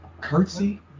curtsy